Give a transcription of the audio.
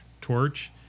torch